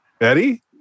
Eddie